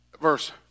verse